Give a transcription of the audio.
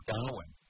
Darwin